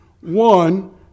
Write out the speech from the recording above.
one